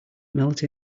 melt